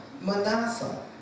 Manasseh